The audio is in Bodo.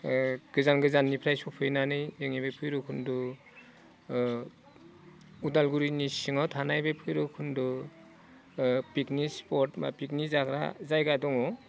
गोजान गोजाननिफ्राय सफैनानै जोंनि बे भैराबकुन्द उदालगुरिनि सिङाव थानाय बे भैराबकुन्द पिकनिक स्पट बा पिकनिक जाग्रा जायगा दङ